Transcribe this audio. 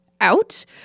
out